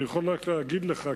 אני יכול רק להגיד לך,